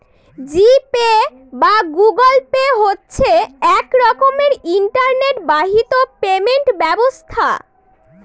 জি pay বা Google pay হচ্ছে এক রকমের ইন্টারনেট বাহিত পেমেন্ট ব্যবস্থা